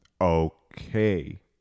Okay